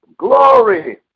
Glory